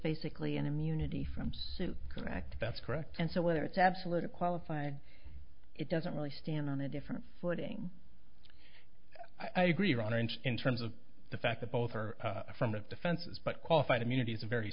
basically an immunity from suit contract that's correct and so whether it's absolute a qualified it doesn't really stand on a different footing i agree ron inch in terms of the fact that both are affirmative defenses but qualified immunity is a very